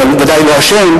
אבל ודאי לא האשם,